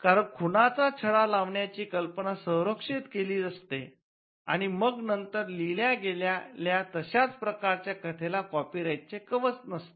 कारण खुनाचा छडा लावण्याची कल्पना संरक्षित असती आणि मग नंतर लिहिल्या गेलेल्या तश्याच प्रकारच्या कथेला कॉपी राईट चे कवच नसते